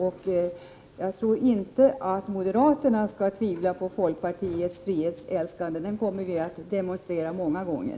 Och jag tycker inte att moderaterna skall tvivla på folkpartiets frihetsälskande. Det kommer vi att demonstrera många gånger.